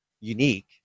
unique